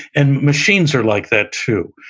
and machines are like that, too.